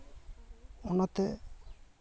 ᱚᱱᱟᱛᱮ